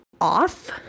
off